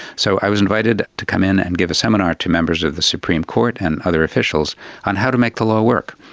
so i was invited to come in and to give a seminar to members of the supreme court and other officials on how to make the law work.